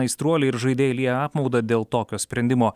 aistruoliai ir žaidėjai lieja apmaudą dėl tokio sprendimo